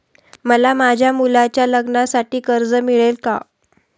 मला माझ्या मुलाच्या लग्नासाठी कर्ज मिळेल का?